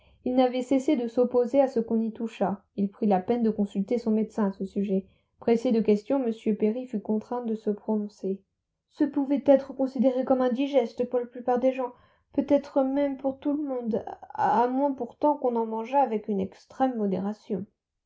il n'avait cessé de s'opposer à ce qu'on y touchât il prit la peine de consulter son médecin à ce sujet pressé de questions m perry fut contraint de se prononcer ce pouvait être considéré comme indigeste pour la plupart des gens peut-être même pour tout le monde à moins pourtant qu'on en mangeât avec une extrême modération